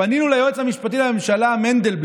המטרה הגלויה שכולנו מכירים היא קבלת ההכרה בנטייה מינית